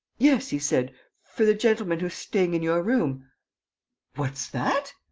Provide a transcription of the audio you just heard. yes, he said, for the gentleman who's staying in your room what's that?